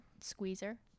squeezer